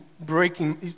breaking